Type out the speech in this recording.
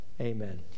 amen